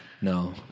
no